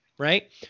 Right